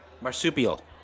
Marsupial